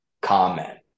comment